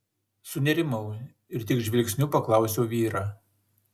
sunerimau ir tik žvilgsniu paklausiau vyrą